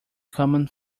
common